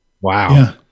Wow